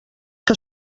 que